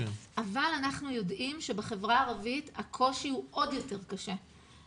אבל אנחנו יודעים שבחברה הערבית הקושי הוא עוד יותר קשה,